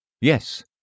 Yes